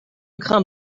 crin